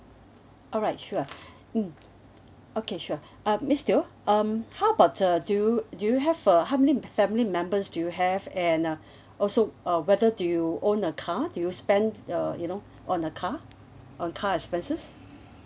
alright sure mm okay sure uh miss teo um how about uh do you do you have uh how many family members do you have and uh also uh whether do you own a car do you spend uh you know on a car on car expenses